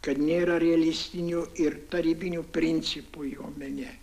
kad nėra realistinių ir tarybinių principų jo mene